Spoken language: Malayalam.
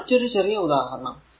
ഇനി മറ്റൊരു ചെറിയ ഉദാഹരണം